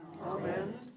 Amen